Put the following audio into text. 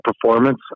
performance